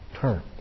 term